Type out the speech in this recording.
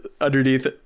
underneath